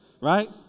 Right